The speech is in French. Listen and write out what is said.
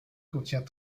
contient